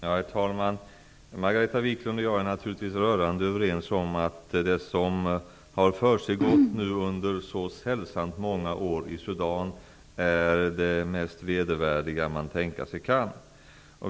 Herr talman! Margareta Viklund och jag är naturligtvis rörande överens om att det som har försiggått under så sällsamt många år i Sudan är det mest vedervärdiga som man kan tänka sig.